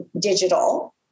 digital